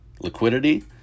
liquidity